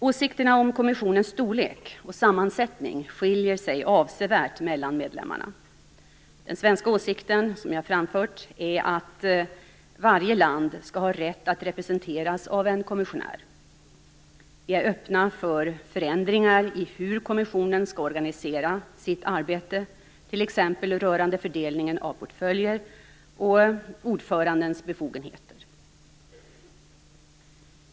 Åsikterna om kommissionens storlek och sammansättning skiljer sig avsevärt mellan medlemmarna. Den svenska åsikten som jag framfört är att varje land skall ha rätt att representeras av en kommissionär. Vi är öppna för förändringar i hur kommissionen skall organisera sitt arbete, t.ex. rörande fördelningen av portföljer och ordförandens befogenheter.